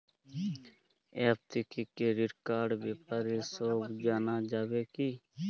App থেকে credit কার্ডর ব্যাপারে সব জানা যাবে কি?